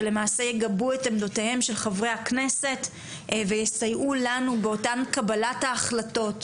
שלמעשה יגבו את עמדותיהם של חברי הכנסת ויסייעו לנו באותן קבלת ההחלטות.